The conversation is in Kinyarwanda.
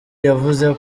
yavuze